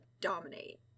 dominate